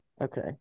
Okay